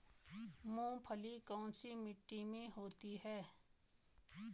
मूंगफली कौन सी मिट्टी में होती है?